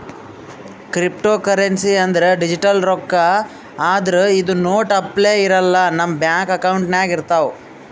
cryptocurrency ಅಂದ್ರ digital ರೊಕ್ಕಾ ಆದ್ರ್ ಇದು ನೋಟ್ ಅಪ್ಲೆ ಇರಲ್ಲ ನಮ್ ಬ್ಯಾಂಕ್ ಅಕೌಂಟ್ನಾಗ್ ಇರ್ತವ್